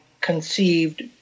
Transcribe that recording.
conceived